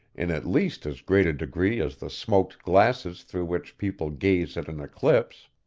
in at least as great a degree as the smoked glasses through which people gaze at an eclipse.